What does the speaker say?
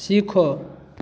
सीखो